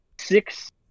six